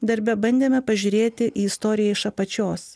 darbe bandėme pažiūrėti į istoriją iš apačios